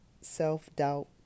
self-doubt